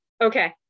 okay